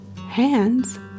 hands